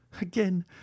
Again